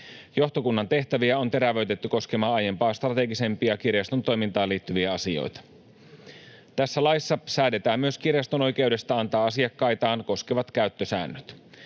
Johtokunnan tehtäviä on terävöitetty koskemaan aiempaa strategisempia kirjaston toimintaan liittyviä asioita. Tässä laissa säädetään myös kirjaston oikeudesta antaa asiakkaitaan koskevat käyttösäännöt.